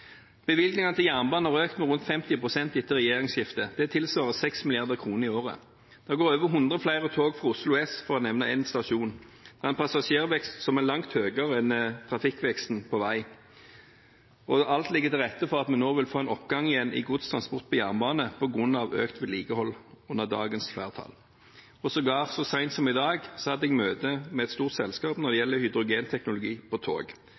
Bevilgningene til jernbane er økt med rundt 50 pst. etter regjeringsskiftet. Det tilsvarer 6 mrd. kr i året. Nå går det over 100 flere tog fra Oslo S – for å nevne én stasjon – med en passasjervekst som er langt høyere enn trafikkveksten på vei. Alt ligger til rette for at vi nå vil få en oppgang igjen i godstransport på jernbane på grunn av økt vedlikehold under dagens flertall. Sågar så sent som i dag hadde jeg møte med et stort selskap når det gjelder hydrogenteknologi på tog.